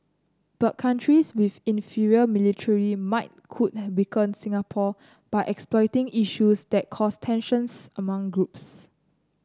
but countries with inferior military might could weaken Singapore by exploiting issues that cause tensions among groups